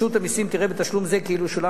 רשות המסים תראה בתשלום זה כאילו שולם